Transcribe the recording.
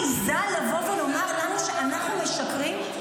והיא מעיזה לבוא ולומר לנו שאנחנו משקרים?